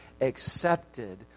accepted